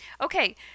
Okay